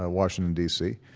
ah washington, d c,